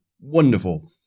Wonderful